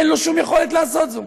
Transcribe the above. אין לו שום יכולת לעשות זאת.